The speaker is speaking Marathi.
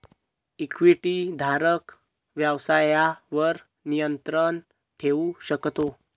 इक्विटीधारक व्यवसायावर नियंत्रण ठेवू शकतो